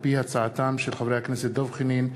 של חברי הכנסת דב חנין,